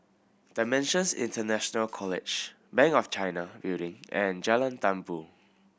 Dimensions International College Bank of China Building and Jalan Tambur